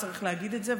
צריך להגיד את זה,